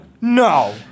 No